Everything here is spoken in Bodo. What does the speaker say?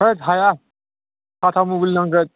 होद हाया थाथा मबेल नांगोन